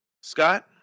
Scott